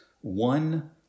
one